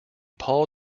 paul